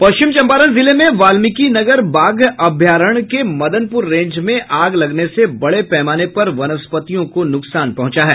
पश्चिम चंपारण जिले में वाल्मिकी नगर बाघ अभयारण्य के मदनपूर रेंज में आग लगने से बड़े पैमाने पर वनस्पतियों को नुकसान पहुंचा है